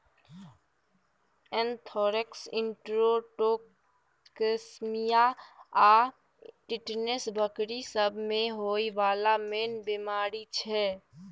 anthrax, enterotoxaemia आ tetanus बकरी सब मे होइ बला मेन बेमारी छै